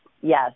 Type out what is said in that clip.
yes